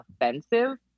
offensive